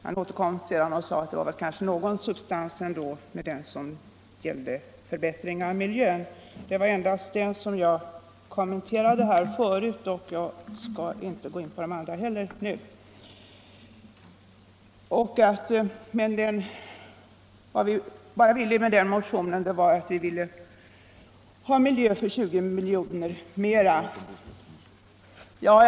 Han återkom sedan och sade att det kanske ändå fanns någon substans i den reservation som gällde förbättringar i miljön. Det var endast den reservationen som jag kommenterade här förut, och jag skall inte heller nu gå in på de andra. Vad centern ville med den reservationen, sade herr Bergman, var att vi ville ha miljö för 20 milj.kr. till.